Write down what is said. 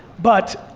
but,